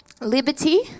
Liberty